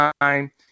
time